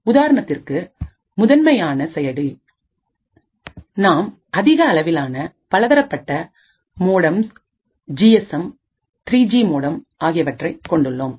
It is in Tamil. உதாரணத்திற்கு முதன்மையான செயலி நாம் அதிக அளவிலான பலதரப்பட்ட மோடம்ஸ் ஜிஎஸ்எம் 3ஜி மோடம் ஆகியவற்றை கொண்டுள்ளோம்